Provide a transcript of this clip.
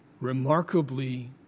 remarkably